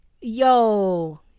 yo